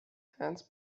hands